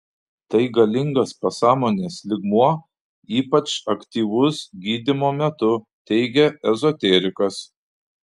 tai galingas pasąmonės lygmuo ypač aktyvus gydymo metu teigia ezoterikas